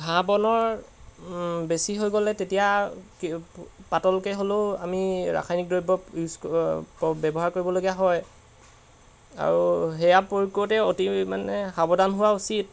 ঘাঁহ বনৰ বেছি হৈ গ'লে তেতিয়া কি পাতলকৈ হ'লেও আমি ৰাসায়নিক দ্ৰব্য ইউজ ব্যৱহাৰ কৰিবলগীয়া হয় আৰু সেয়া প্ৰয়োগ কৰোঁতে অতি মানে সাৱধান হোৱা উচিত